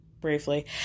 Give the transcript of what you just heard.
briefly